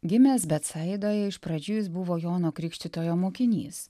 gimęs beatsaidoje iš pradžių jis buvo jono krikštytojo mokinys